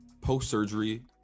Post-surgery